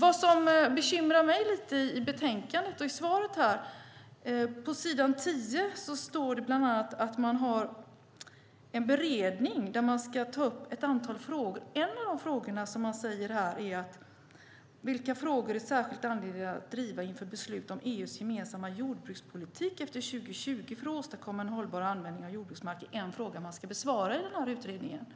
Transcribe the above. Vad som bekymrar mig lite i betänkandet och i svaret är att det på s. 10 står bland annat att man har en beredning där man ska ta upp ett antal frågor. En av de frågorna, som man säger här, är vilka frågor som är särskilt angelägna att driva inför beslut om EU:s gemensamma jordbrukspolitik efter 2020 för att åstadkomma en hållbar användning av jordbruksmark. Det är en fråga man ska besvara i den här utredningen,